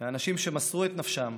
לאנשים שמסרו את נפשם